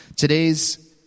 Today's